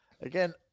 Again